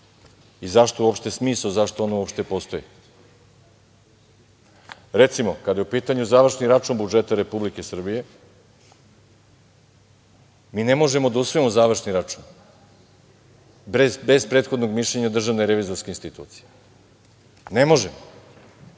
i zašto uopšte smisao zašto ono uopšte postoji. Recimo, kada je u pitanju završni račun budžeta Republike Srbije, mi ne možemo da usvojimo završni račun bez prethodnog mišljenja Državne revizorske institucije. Ne možemo. Znate